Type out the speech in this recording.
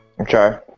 Okay